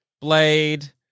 Blade